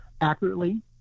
accurately